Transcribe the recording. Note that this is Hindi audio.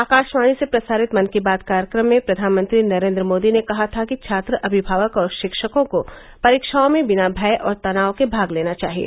आकाशवाणी से प्रसारित मन की बात कार्यक्रम में प्रधानमंत्री नरेन्द्र मोदी ने कहा था कि छात्र अभिभावक और शिक्षकों को परीक्षाओं में बिना भय और तनाव के भाग लेना चाहिए